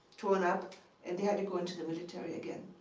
torn up and they had to go into the military again.